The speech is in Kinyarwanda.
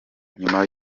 nyuma